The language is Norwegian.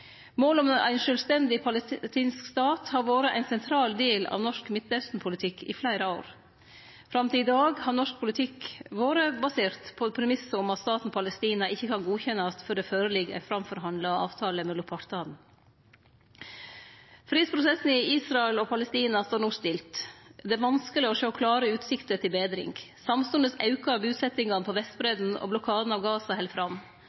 Målet om ein sjølvstendig palestinsk stat har vore ein sentral del av norsk midtaustenpolitikk i fleire år. Fram til i dag har norsk politikk vore basert på ein premiss om at staten Palestina ikkje kan godkjennast før det føreligg ein framforhandla avtale mellom partane. Fredsprosessen i Israel og Palestina står no stilt, og det er vanskeleg å sjå klare utsikter til betring. Samstundes aukar busetjingane på Vestbredden, og blokaden av Gaza held fram.